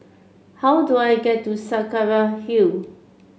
how do I get to Saraca Hill